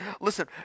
listen